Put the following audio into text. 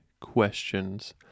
questions